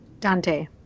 Dante